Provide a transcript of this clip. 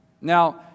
Now